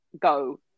go